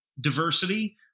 diversity